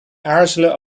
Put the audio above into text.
aarzelen